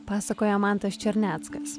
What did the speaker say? pasakoja mantas černeckas